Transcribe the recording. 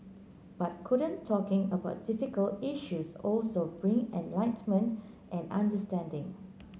but couldn't talking about difficult issues also bring enlightenment and understanding